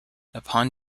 upon